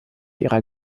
ihrer